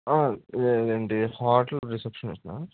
ఇది ఇదండీ హోటల్ రెసెప్షనిస్ట్నా